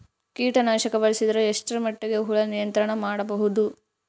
ಕೀಟನಾಶಕ ಬಳಸಿದರ ಎಷ್ಟ ಮಟ್ಟಿಗೆ ಹುಳ ನಿಯಂತ್ರಣ ಮಾಡಬಹುದು?